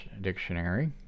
Dictionary